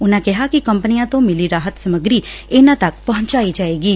ਉਨਾਂ ਕਿਹਾ ਕਿ ਕੰਪਨੀਆਂ ਤੱ ਮਿਲੀ ਰਾਹਤ ਸਮੱਗਰੀ ਇਨਾਂ ਤੱਕ ਪਹੁੰਚਾਈ ਜਾਵੇਗੀ